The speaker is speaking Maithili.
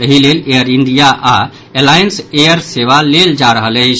एहि लेल एयर इंडिया आओर अलायंस एयर सेवा लेल जा रहल अछि